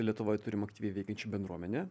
lietuvoj turim aktyviai veikiančią bendruomenę